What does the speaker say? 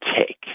take